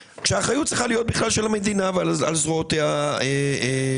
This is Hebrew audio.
זה שווה את זה כדי שלא נפספס אף אחד.